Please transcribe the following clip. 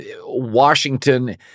Washington